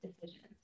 decisions